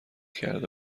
کرده